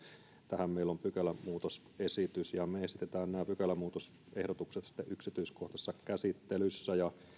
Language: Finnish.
tähän meillä on pykälämuutosesitys ja me esitämme nämä pykälämuutosehdotukset sitten yksityiskohtaisessa käsittelyssä esitämme että